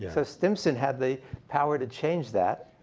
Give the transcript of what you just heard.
so stimson had the power to change that,